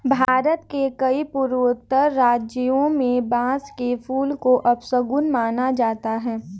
भारत के कई पूर्वोत्तर राज्यों में बांस के फूल को अपशगुन माना जाता है